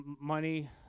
Money